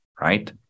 right